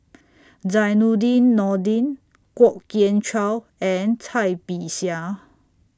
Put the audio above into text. Zainudin Nordin Kwok Kian Chow and Cai Bixia